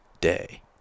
day